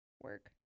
work